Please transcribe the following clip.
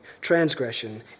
transgression